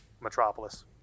Metropolis